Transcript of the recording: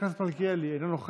חבר הכנסת מלכיאלי, אינו נוכח.